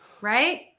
right